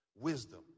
Wisdom